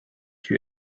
you